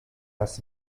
das